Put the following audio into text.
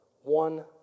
one